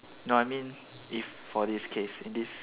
no I mean if for this case in this